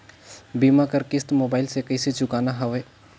बीमा कर किस्त मोबाइल से कइसे चुकाना हवे